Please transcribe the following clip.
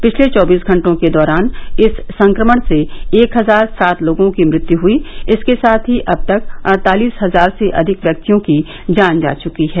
पिछले चौबीस घंटों के दौरान इस संक्रमण से एक हजार सात लोगों की मृत्यु हुई इसके साथ ही अब तक अड़तालिस हजार से अधिक व्यक्तियों की जान जा चुकी है